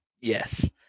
yes